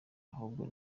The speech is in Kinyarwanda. ahubwo